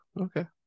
okay